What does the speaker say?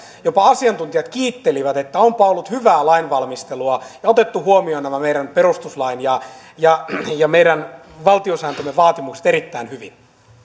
jopa asiantuntijat kiittelivät että onpa ollut hyvää lainvalmistelua ja otettu huomioon nämä meidän perustuslakimme ja meidän valtiosääntömme vaatimukset erittäin hyvin